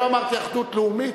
לא אמרתי "אחדות לאומית",